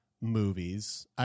movies